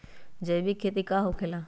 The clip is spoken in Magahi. जैविक खेती का होखे ला?